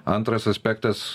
antras aspektas